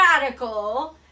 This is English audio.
radical